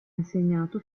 insegnato